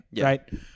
right